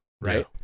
right